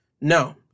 No